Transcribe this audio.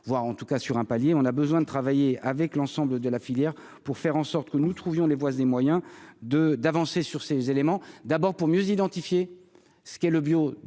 voir en tout cas sur un palier, on a besoin de travailler avec l'ensemble de la filière pour faire en sorte que nous trouvions des voies et moyens de d'avancer sur ces éléments, d'abord pour mieux identifier ce qui est le bio